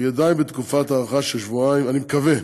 אני מקווה